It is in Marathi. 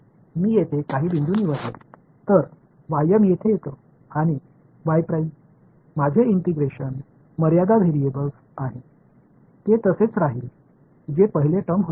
मी येथे काही बिंदू निवडले तर येथे येतो आणि माझे इंटिग्रेशन मर्यादा व्हेरिएबल आहे ते तसेच राहील जे पहिले टर्म होते